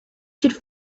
should